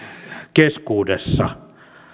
keskuudessa